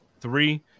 Three